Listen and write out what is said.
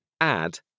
add